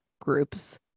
groups